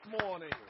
morning